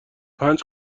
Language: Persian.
پنج